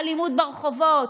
אלימות ברחובות,